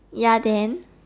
ya then